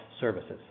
services